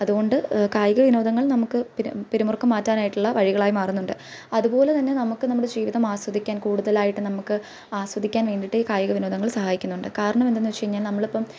അതുകൊണ്ട് കായിക വിനോദങ്ങൾ നമുക്ക് പിരി പിരിമുറുക്കം മാറ്റാനായിട്ടുള്ള വഴികളായി മാറുന്നുണ്ട് അതുപോലെ തന്നെ നമുക്ക് നമ്മുടെ ജീവിതം ആസ്വദിക്കാൻ കൂടുതലായിട്ടും നമുക്ക് ആസ്വദിക്കാൻ വേണ്ടിയിട്ട് കായിക വിനോദങ്ങൾ സഹായിക്കുന്നുണ്ട് കാരണം എന്തെന്നു വെച്ചു കഴിഞ്ഞാൽ നമ്മളിപ്പം